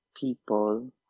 people